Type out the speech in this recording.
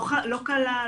לא קלה,